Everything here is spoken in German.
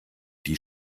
die